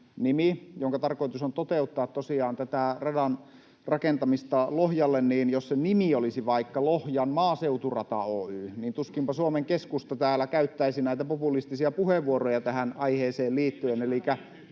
jonka tarkoitus on toteuttaa tosiaan tätä radanrakentamista Lohjalle — olisi vaikka Lohjan maaseuturata Oy, niin tuskinpa Suomen Keskusta täällä käyttäisi näitä populistisia puheenvuoroja tähän aiheeseen liittyen.